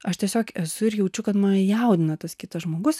aš tiesiog esu ir jaučiu kad mane jaudina tas kitas žmogus